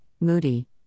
Moody